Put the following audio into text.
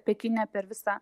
pekine per visą